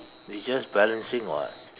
it's just balancing what